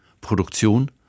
Produktion